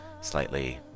slightly